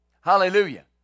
Hallelujah